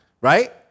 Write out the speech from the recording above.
Right